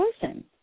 person